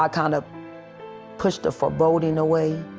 kind of of pushed the foreboding away,